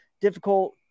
difficult